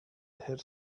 hit